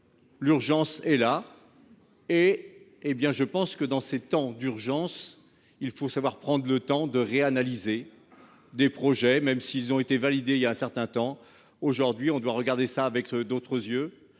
L'urgence est là. Eh bien je pense que dans ces temps d'urgence, il faut savoir prendre le temps de réanalyser des projets, même s'ils ont été validés. Il y a un certain temps. Aujourd'hui on doit regarder ça avec d'autres yeux.